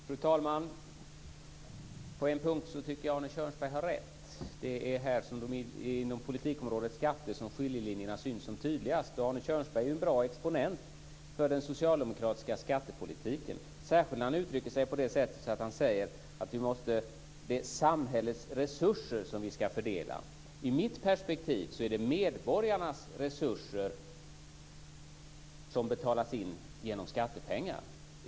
Fru talman! På en punkt tycker jag att Arne Kjörnsberg har rätt: Det är inom politikområdet skatter som skiljelinjerna syns som tydligast. Arne Kjörnsberg är ju en bra exponent för den socialdemokratiska skattepolitiken, särskilt när han uttrycker sig så att det är samhällets resurser vi ska fördela. I mitt perspektiv är det medborgarnas resurser som betalas in genom skattepengar.